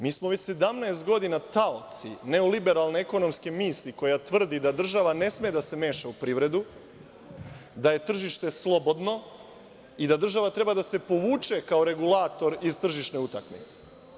Mi smo već 17 godina taoci neoliberalne ekonomske misli koja tvrdi da država ne sme da se meša u privredu, da je tržište slobodno i da država treba da se povuče kao regulator iz tržišne utakmice.